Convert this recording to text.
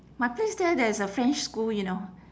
my place there there's a french school you know